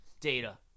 data